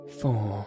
four